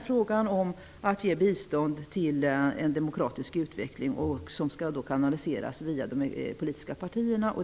frågan om att ge bistånd till en demokratisk utveckling. Detta skall kanaliseras via de politiska partierna.